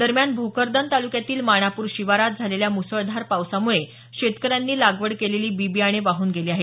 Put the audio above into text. दरम्यान भोकरदन तालुक्यातील मणापुर शिवारात झालेल्या मुसळधार पावसामुळं शेतकऱ्यांनी लागवड केलेली बी बियाणे वाहून गेलं आहे